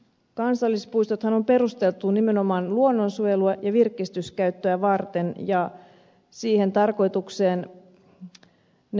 kansallispuistothan on perustettu nimenomaan luonnonsuojelu ja virkistyskäyttöä varten ja siihen tarkoitukseen ne ovatkin